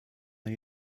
der